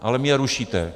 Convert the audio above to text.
Ale mě rušíte.